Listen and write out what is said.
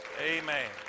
Amen